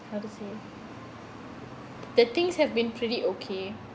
how to say the things have been pretty okay